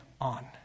on